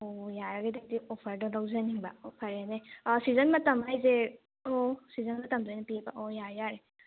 ꯑꯣ ꯌꯥꯔꯒꯗꯤ ꯑꯣꯐꯔꯗꯣ ꯂꯧꯖꯅꯤꯡꯕ ꯍꯣꯏ ꯐꯔꯦꯅꯦ ꯑꯥ ꯁꯤꯖꯟ ꯃꯇꯝ ꯍꯥꯏꯁꯦ ꯑꯣ ꯁꯤꯖꯟ ꯝꯇꯝꯗ ꯑꯣꯏꯅ ꯄꯤꯕ ꯑꯣ ꯌꯥꯔꯦ ꯌꯥꯔꯦ